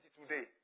today